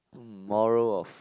um moral of